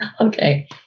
Okay